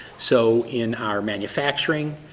so in our manufacturing,